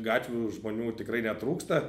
gatvių žmonių tikrai netrūksta